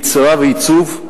יצירה ועיצוב,